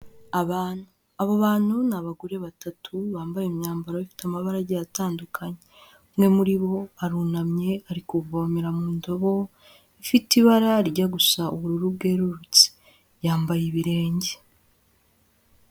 Abantu, abo bantu ni abagore batatu bambaye imyambaro ifite amabara atandukanye, umwe muri bo arunamye ari kuvomera mu ndobo ifite ibara rijya gusa ubururu bwerurutse, yambaye ibirenge.